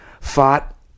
fought